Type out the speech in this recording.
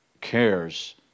cares